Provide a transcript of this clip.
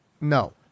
no